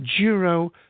Juro